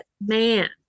man